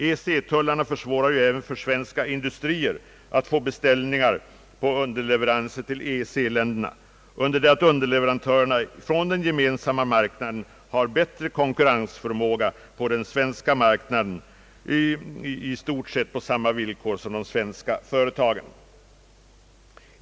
EEC-tullarna försvårar ju även för svenska industrier att få beställningar på underleveranser till EEC-länderna, under det att underleverantörerna från den gemensamma marknaden har bättre konkurrensförmåga på den svenska marknaden i stort sett på samma villkor som de svenska företagen.